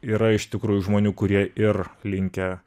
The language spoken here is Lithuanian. yra iš tikrųjų žmonių kurie ir linkę